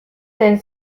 zen